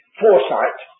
foresight